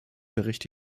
bericht